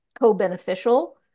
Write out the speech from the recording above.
co-beneficial